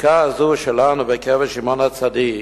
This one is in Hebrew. השתיקה הזו שלנו בקבר שמעון הצדיק,